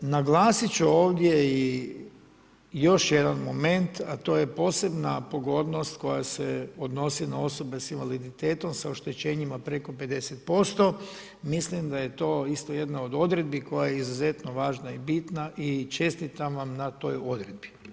Naglasit ću ovdje i još jedan moment, a to je posebna pogodnost koja se odnosi na osobe s invaliditetom sa oštećenjima preko 50%, mislim da je to isto jedna od odredbi koja je izuzetno važna i bitna i čestitam vam na toj odredbi.